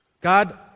God